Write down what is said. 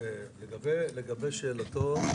לגבי שאלתו.